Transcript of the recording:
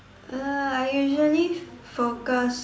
uh I usually focus